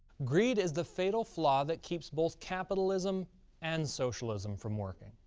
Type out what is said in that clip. greed is the fatal flaw that keeps both capitalism and socialism from working.